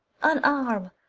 unarm,